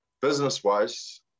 business-wise